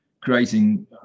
creating